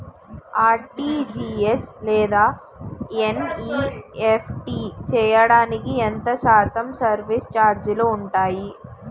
RTGS లేదా NEFT చేయడానికి ఎంత శాతం సర్విస్ ఛార్జీలు ఉంటాయి?